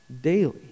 daily